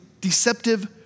deceptive